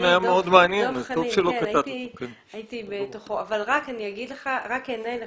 והייתי בתוך הדיון.